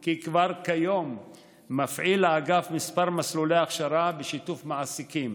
כי כבר כיום מפעיל האגף כמה מסלולי הכשרה בשיתוף מעסיקים: